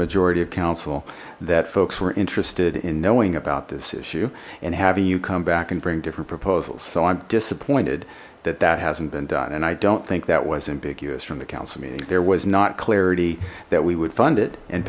majority of council that folks were interested in knowing about this issue and having you come back and bring different proposals so i'm disappointed that that hasn't been done and i don't think that was ambiguous from the council meeting there was not clarity that we would fund it and